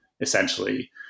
essentially